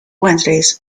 wednesdays